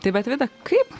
tai vat vida kaip